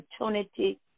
opportunity